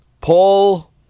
Paul